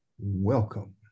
welcome